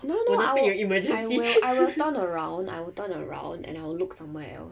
no no I will I will I will turn around I will turn around and I will look somewhere else